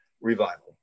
revival